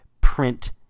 print